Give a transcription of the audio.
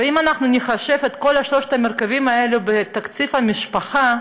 ואם אנחנו נחשב את כל שלושת המרכיבים האלה בתקציב המשפחה,